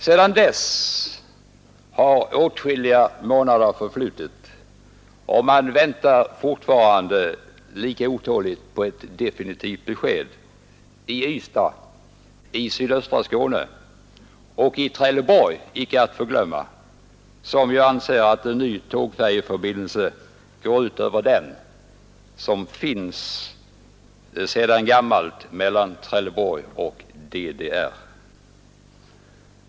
Sedan dess har åtskilliga månader förflutit och man väntar fortfarande lika otåligt på ett definitivt besked i Ystad, i sydöstra Skåne och i Trelleborg icke att förglömma, som anser att en ny tågfärjeförbindelse går ut över den som finns sedan gammalt mellan Trelleborg och DDR.